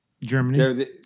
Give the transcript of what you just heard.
Germany